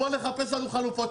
בוא נחפש לנו חלופות,